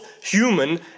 human